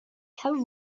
her